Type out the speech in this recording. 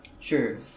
Sure